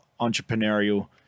entrepreneurial